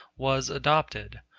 was adopted.